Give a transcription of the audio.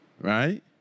right